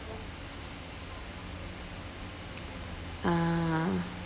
ah